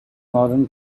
northern